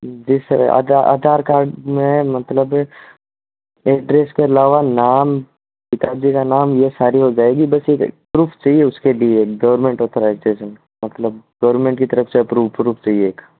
जैसे आधा आधार कार्ड में मतलब एड्रैस के अलावा नाम पिता जी का नाम ये सारी हो जाएगी बस एक प्रूफ चाहिए उसके लिए गवर्नमेंट ऑथराइज़ेशन मतलब गवर्नमेंट की तरफ से अप्रूव्ड प्रूफ चाहिए